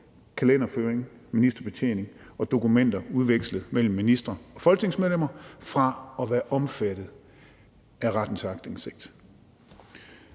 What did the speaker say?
kalenderføring, ministerbetjening og dokumenter udvekslet mellem ministre og folketingsmedlemmer fra at være omfattet af retten til aktindsigt.